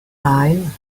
time